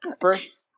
first